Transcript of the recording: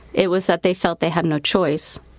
it was that they felt they had no choice